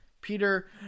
Peter